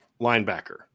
linebacker